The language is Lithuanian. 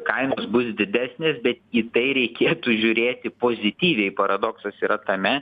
kainos bus didesnės bet į tai reikėtų žiūrėti pozityviai paradoksas yra tame